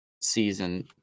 season